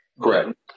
correct